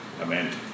Amen